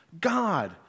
God